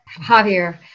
Javier